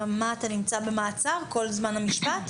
הוא נמצא במעצר כל זמן המשפט?